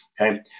Okay